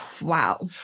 Wow